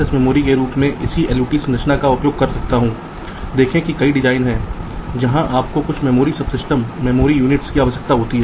इन 5 ब्लॉकों में कुछ ग्राउंड पिन उपलब्ध हैं आपको कनेक्शन की आवश्यकता है